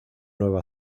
nueva